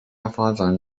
发展